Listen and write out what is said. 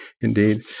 Indeed